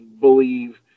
believe